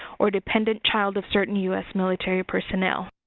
or dependent child of certain u s. military personnel.